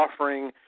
offering